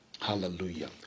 Hallelujah